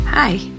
Hi